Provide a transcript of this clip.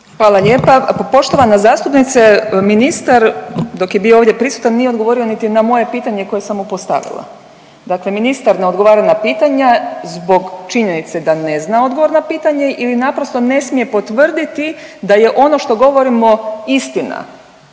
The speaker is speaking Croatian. Hvala lijepa. Pa poštovana zastupnice ministar dok je bio ovdje prisutan nije odgovorio niti na moje pitanje koje sam mu postavila. Dakle, ministar ne odgovara na pitanja zbog činjenice da ne zna odgovor na pitanje ili naprosto ne smije potvrditi da je ono što govorimo istina.